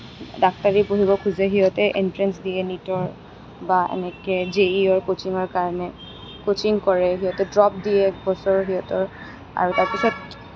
ডাক্তৰী পঢ়িব খোজে সিহঁতে এনট্ৰেঞ্চ দিয়ে নীটৰ বা এনেকৈ জেইৰ ক'চিঙৰ কাৰণে ক'চিং কৰে সিহঁতে ড্ৰপ দিয়ে এক বছৰ সিহঁতৰ আৰু তাৰ পাছত